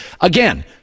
Again